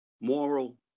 moral